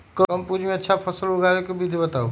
कम पूंजी में अच्छा फसल उगाबे के विधि बताउ?